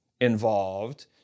involved